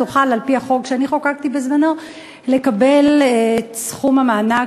תוכל על-פי החוק שחוקקתי בזמנו לקבל את סכום המענק,